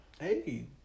Hey